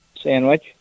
Sandwich